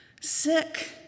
sick